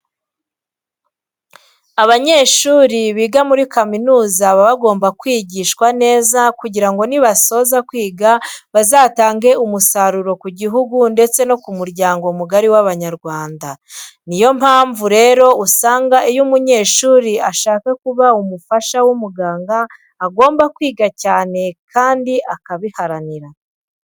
Abanyeshuri biga muri kaminuza baba bagomba kwigishwa neza kugira ngo nibasoza kwiga bazatange umusaruro ku gihugu ndetse no ku muryango mugari w'Abanyarwanda. Ni yo mpamvu rero usanga iyo umunyeshuri ashaka kuzaba umufasha w'umuganga agomba kwiga cyane kandi akabiharanira.